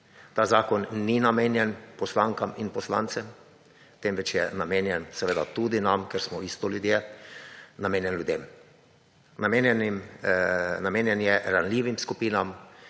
Ta zakon ni namenjen poslankam in poslancem, temveč je namenjen seveda tudi nam, ker smo isto ljudje, namenjen ljudem. Namenjen je ranljivim skupinam